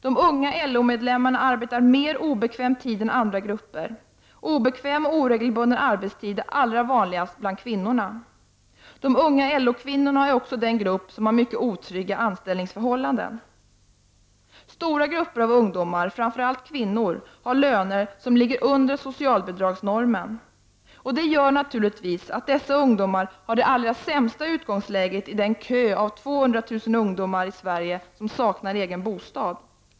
De unga LO-medlemmarna arbetar mer obekväm tid än andra grupper. Obekväm och oregelbunden arbetstid är allra vanligast bland kvinnorna. De unga LO-kvinnorna är även den grupp som har mycket otrygga anställningsförhållanden. Stora grupper av ungdomar — främst kvinnor — har löner som ligger under socialbidragsnormen. Det gör naturligtvis att dessa ungdomar har det allra sämsta utgångsläget i den kö av 200 000 ungdomar i Sverige som saknar egen bostad.